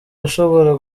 ushobora